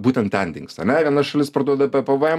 būtent ten dingsta ane viena šalis parduoda be pvm